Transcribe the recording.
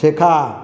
শেখা